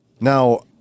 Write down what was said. Now